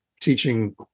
Teaching